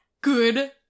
Good